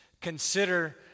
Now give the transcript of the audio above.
consider